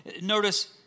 notice